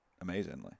amazingly